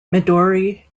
midori